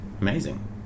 amazing